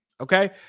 okay